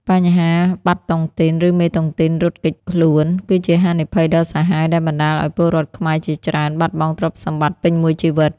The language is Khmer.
បញ្ហា "បាត់តុងទីន" ឬមេតុងទីនរត់គេចខ្លួន គឺជាហានិភ័យដ៏សាហាវដែលបណ្ដាលឱ្យពលរដ្ឋខ្មែរជាច្រើនបាត់បង់ទ្រព្យសម្បត្តិពេញមួយជីវិត។